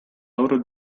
loro